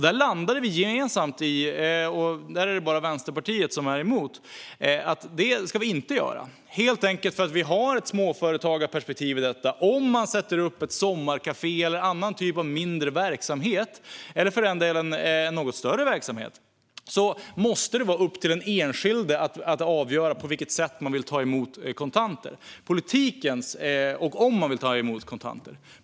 Där landade vi gemensamt - det var bara Vänsterpartiet som var emot - i att det ska vi inte göra, helt enkelt därför att vi har ett småföretagarperspektiv i detta. Om man sätter upp ett sommarkafé eller en annan typ av mindre verksamhet, eller för den delen en något större verksamhet, måste det vara upp till den enskilde att avgöra på vilket sätt man vill ta emot betalningar.